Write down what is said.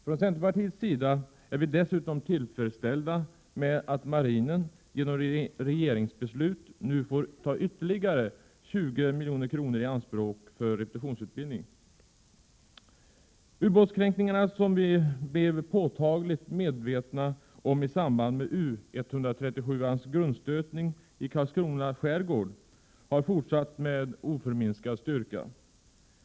Från centerpartiets sida är vi dessutom tillfredsställda med att marinen, genom regeringsbeslut, nu får ta ytterligare 20 milj.kr. i anspråk för repetitionsutbildning. Ubåtskränkningarna, som vi blev påtagligt medvetna om i samband med U 137:s grundstötning i Karlskrona skärgård, har fortsatt med oförminskad styrka.